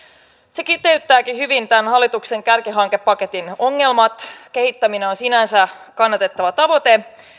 se kiteyttääkin hyvin tämän hallituksen kärkihankepaketin ongelmat kehittäminen on sinänsä kannatettava tavoite